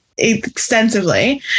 Extensively